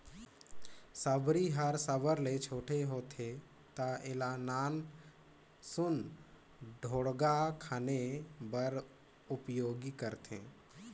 सबरी हर साबर ले छोटे होथे ता एला नान सुन ढोड़गा खने बर उपियोग करथे